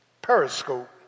periscope